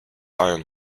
ion